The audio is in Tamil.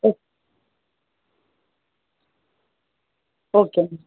O okay ma'am